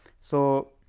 so,